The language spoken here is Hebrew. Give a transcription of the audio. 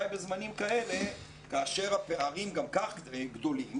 בזמנים כאלה כאשר הפערים גם כך גדולים.